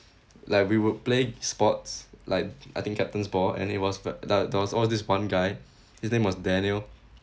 like we will play sports like I think captain's ball and it was tha~ that was all this one guy his name was daniel